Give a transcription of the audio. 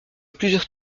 plusieurs